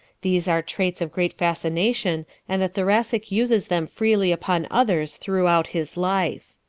these are traits of great fascination and the thoracic uses them freely upon others throughout his life.